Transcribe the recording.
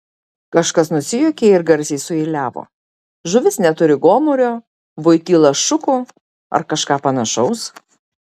kažkas nusijuokė ir garsiai sueiliavo žuvis neturi gomurio voityla šukų ar kažką panašaus